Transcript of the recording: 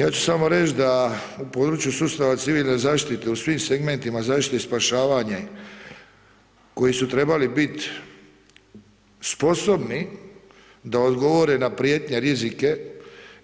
Ja ću samo reći da u području sustava civilne zaštite u svim segmentima zaštite i spašavanja koji su trebali biti sposobni da odgovore na prijetnje, rizike